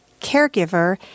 caregiver